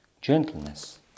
gentleness